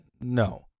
No